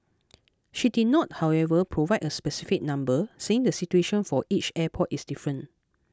she did not however provide a specific number saying the situation for each airport is different